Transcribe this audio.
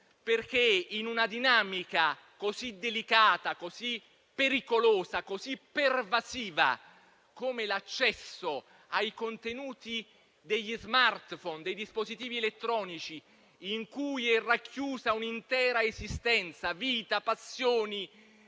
perché in una dinamica così delicata, così pericolosa, così pervasiva come l'accesso ai contenuti degli *smartphone*, dei dispositivi elettronici, in cui è racchiusa un'intera esistenza, vita, passioni,